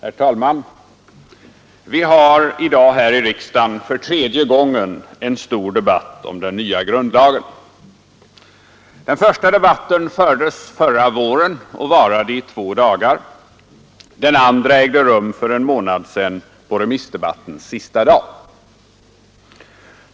Herr talman! Vi har i dag här i riksdagen för tredje gången en stor debatt om den nya grundlagen. Den första debatten fördes förra våren och varade i två dagar, den andra ägde rum för en månad sedan på remissdebattens sista dag.